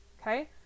okay